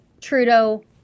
Trudeau